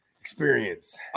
experience